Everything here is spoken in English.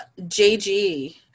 JG